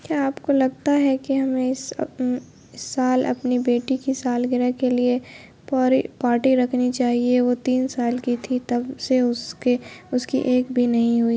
کیا آپ کو لگتا ہے کہ ہمیں اس اس سال اپنی بیٹی کی سالگرہ کے لیے پاری پارٹی رکھنی چاہئے وہ تین سال کی تھی تب سے اس کے اس کی ایک بھی نہیں ہوئی